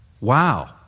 Wow